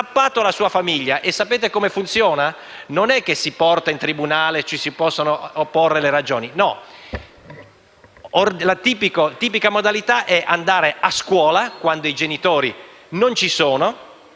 E sapete come funziona? Non è che si porta la vicenda in tribunale e si possono opporre le proprie ragioni. No, la tipica modalità è andare a scuola quando i genitori non ci sono.